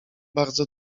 bardzo